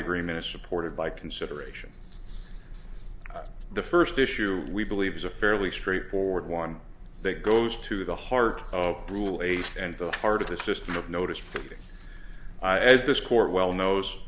agreement a support of by consideration the first issue we believe is a fairly straightforward one that goes to the heart of rule a's and the heart of the system of notice as this court well knows